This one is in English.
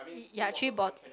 ya ya three bott~